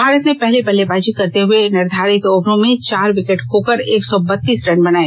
भारत ने पहले बल्लेबाजी करते हुए निर्धारित ओवरों में चार विकेट खोकर एक सौ बत्तीस रन बनाए